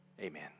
amen